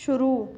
शुरू